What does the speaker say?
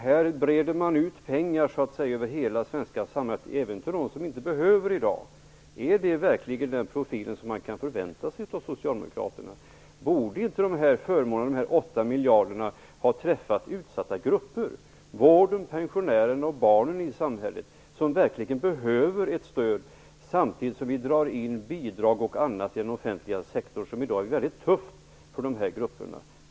Här breder man ut pengar över hela svenska samhället, även till dem som i dag inte behöver dem. Är det verkligen den profil som man kan förvänta sig av Socialdemokraterna? Borde inte de åtta miljarderna ha träffat utsatta grupper i samhället, t.ex. inom vården samt pensionärer och barn som verkligen behöver ett stöd. Samtidigt drar vi in bidrag och annat i den offentliga sektorn, som gör att det i dag är väldigt tufft för dessa grupper.